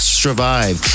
survive